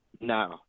No